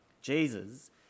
Jesus